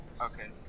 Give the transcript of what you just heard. okay